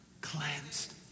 cleansed